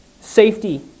safety